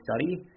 study